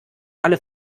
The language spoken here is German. alle